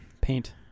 paint